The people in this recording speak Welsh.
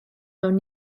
mewn